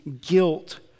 guilt